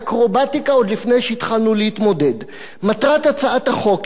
עוד לפני שהתחלנו להתמודד: "מטרת הצעת החוק היא לבצע את